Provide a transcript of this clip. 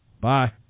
Bye